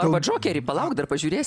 arba džokerį palauk dar pažiūrėsi